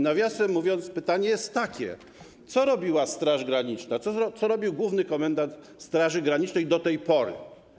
Nawiasem mówiąc, pytanie jest takie: Co robiła Straż Graniczna, co robił główny komendant Straży Granicznej do tej pory?